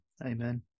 Amen